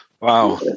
Wow